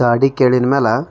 ಗಾಡಿ ಕೇಳಿದ್ಮ್ಯಾಲೆ